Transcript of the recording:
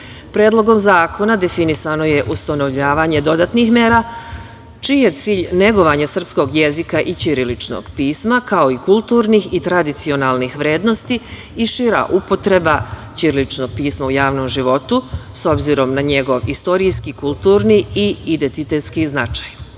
jezika. Predlogom zakona definisano je ustanovljavanje dodatnih mera čiji je cilj negovanje srpskog jezika i ćiriličnog pisma, kao i kulturnih i tradicionalnih vrednosti i šira upotreba ćiriličnog pisma u javnom životu, s obzirom na njegov istorijski, kulturni i identitetski